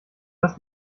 hast